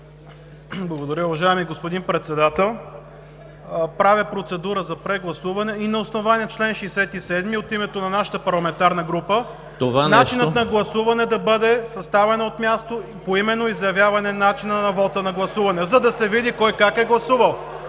България): Уважаеми господин Председател, правя процедура за прегласуване и на основание чл. 67 от името на нашата парламентарна група начинът на гласуване да бъде със ставане от място и поименно изразяване начина на вота, на гласуване – за да се види кой как е гласувал.